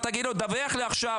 אתה תגיד לו: דווח לי עכשיו,